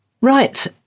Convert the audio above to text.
Right